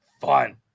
fun